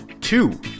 Two